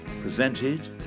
presented